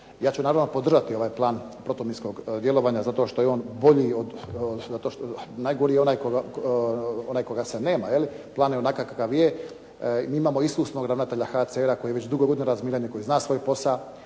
Ja ću naravno podržati ovaj Plan protuminskog djelovanja zato što je on bolji, najgori je onaj koga se nema. Plan je onakav kakav je. Mi imamo iskusnog ravnatelja HCR-a koji već dugo godina razminira, koji zna svoj posao